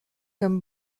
comme